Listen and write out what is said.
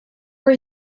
are